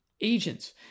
agents